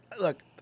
look